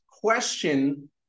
question